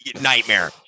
nightmare